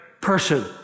person